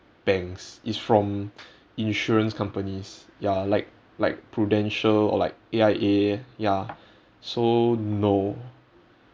banks is from insurance companies ya like like prudential or like A_I_A ya so no